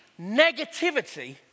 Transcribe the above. negativity